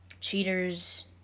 Cheaters